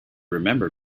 remember